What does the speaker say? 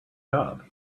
job